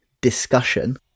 discussion